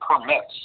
permits